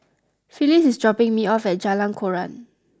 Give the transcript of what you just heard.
Phyliss is dropping me off at Jalan Koran